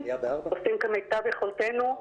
עושים כמיטב יכולתנו,